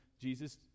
Jesus